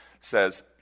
says